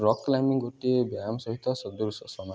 rock climbing ଗୋଟିଏ ବ୍ୟାୟାମ ସହିତ ସଦୃଶ ସମାନ